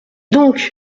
donc